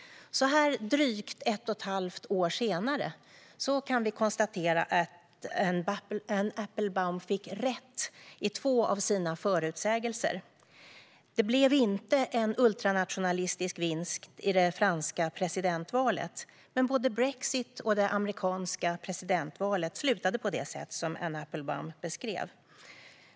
Så här drygt ett och ett halvt år senare kan vi konstatera att Anne Applebaum fick rätt i två av sina förutsägelser. Det blev inte en ultranationalistisk vinst i det franska presidentvalet. Men både brexit och det amerikanska presidentvalet slutade på det sätt som Anne Applebaum beskrev.